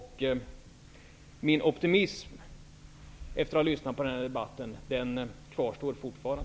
Min optimism kvarstår efter att jag har lyssnat på den här debatten.